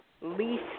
lease